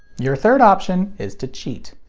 your third option is to cheat.